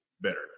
better